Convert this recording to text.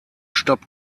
stopp